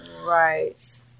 Right